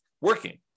working